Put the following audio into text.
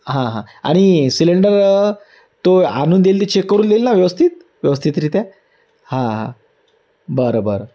हां हां आणि सिलेंडर तो आणून देईल ते चेक करून देईल ना व्यवस्थित व्यवस्थितरित्या हां हां बरं बरं